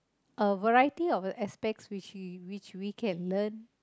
a varieties of aspects which we which we can learn